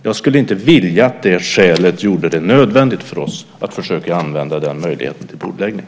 Jag skulle inte vilja att det skälet gjorde det nödvändigt för oss att försöka använda den möjligheten till bordläggning.